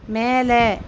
மேலே